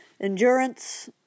endurance